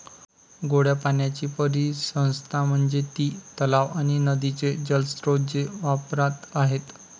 गोड्या पाण्याची परिसंस्था म्हणजे ती तलाव आणि नदीचे जलस्रोत जे वापरात आहेत